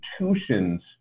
institutions